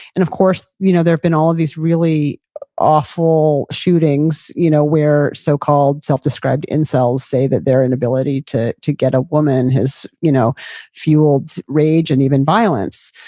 and of course, you know, there have been all of these really awful shootings you know where so called self described incels say that their inability to to get a woman has you know fueled rage and even violence.